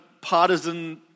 partisan